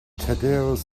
thaddäus